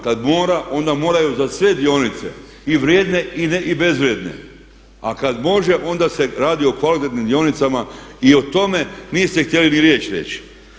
Kad mora onda moraju za sve dionice i vrijedne i bezvrijedne, a kad može onda se radi o kvalitetnim dionicama i o tome niste htjeli niti riječ reći.